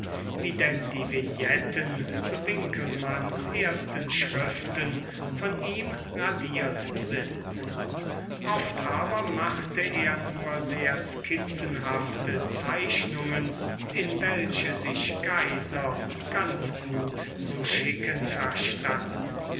wie denn die vignetten zu winckelmanns ersten schriften von ihm radiert sind oft aber machte er nur sehr skizzenhafte zeichnungen in welche sich geyser ganz gut zu schicken verstand